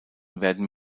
werden